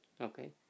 okay